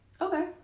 Okay